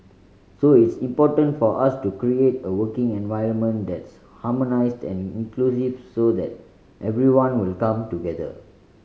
so it's important for us to create a working environment that's harmonised and inclusive so that everyone will come together